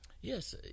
Yes